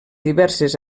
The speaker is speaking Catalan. diverses